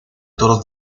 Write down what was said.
toros